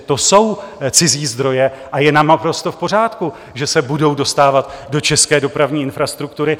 To jsou cizí zdroje a je naprosto v pořádku, že se budou dostávat do české dopravní infrastruktury.